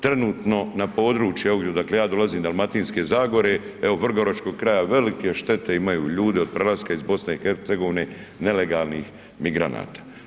Trenutno na području evo odakle ja dolazim Dalmatinske zagore, evo Vrgoračkog kraja velike štete imaju ljudi od prelaska iz BiH nelegalnih migranata.